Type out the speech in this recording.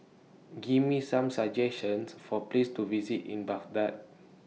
Give Me Some suggestions For Places to visit in Baghdad